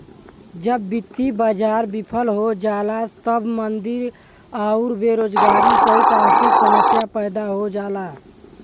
जब वित्तीय बाजार विफल हो जाला तब मंदी आउर बेरोजगारी सहित आर्थिक समस्या पैदा हो जाला